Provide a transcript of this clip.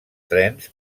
trens